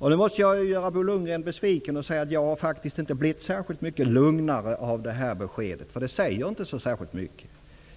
Jag måste här göra Bo Lundgren besviken genom att säga att jag inte har blivit särskilt mycket lugnare av detta besked. Det säger nämligen inte särskilt mycket.